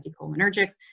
anticholinergics